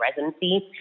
residency